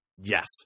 Yes